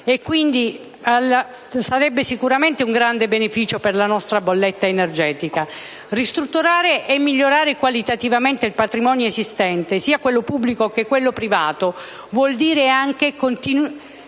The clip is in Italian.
Quindi sarebbe sicuramente un grande beneficio per la nostra bolletta energetica. Ristrutturare e migliorare qualitativamente il patrimonio esistente, sia pubblico che privato, vuol dire anche non continuare